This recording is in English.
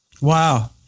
Wow